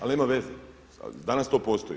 Ali nema veze, danas to postoji.